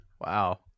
Wow